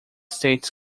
states